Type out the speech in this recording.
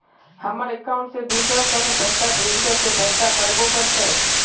हमर अकाउंट से दूसरा शहर पैसा भेजबे ते पैसा कटबो करते?